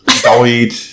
died